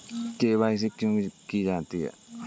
KYC क्यों की जाती है?